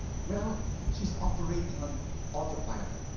well, she's operating on autopilot.